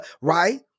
right